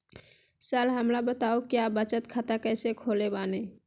Sir हमरा बताओ क्या बचत खाता कैसे खोले बानी?